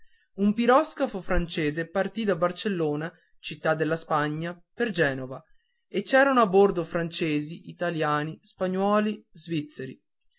un piroscafo francese partì da barcellona città della spagna per genova e c'erano a bordo francesi italiani spagnuoli svizzeri